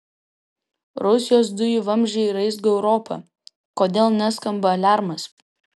rusijos dujų vamzdžiai raizgo europą kodėl neskamba aliarmas